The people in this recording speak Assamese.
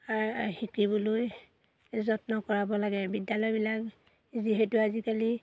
শিকিবলৈ যত্ন কৰাব লাগে বিদ্যালয়বিলাক যিহেতু আজিকালি